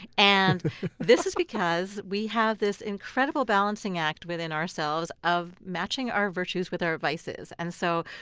and this is because we have this incredible balancing act within ourselves of matching our virtues with our vices. and so,